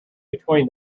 between